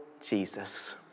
Jesus